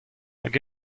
hag